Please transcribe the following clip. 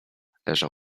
leżał